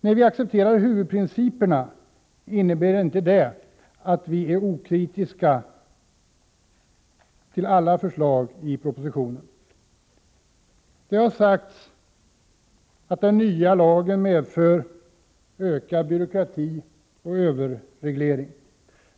När vi accepterar huvudprinciperna innebär det inte att vi är okritiska till alla förslag i propositionen. Det har sagts att den nya lagen kommer att medföra ökad byråkrati och överreglering.